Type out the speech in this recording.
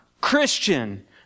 Christian